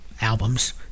albums